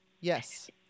Yes